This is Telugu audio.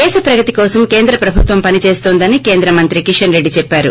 దేశ ప్రగతి కోసం కేంద్ర ప్రభుత్వం పనిచేస్తోందని కేంద్ర మంత్రి కిషన్ రెడ్డి చెప్పారు